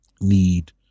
need